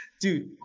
dude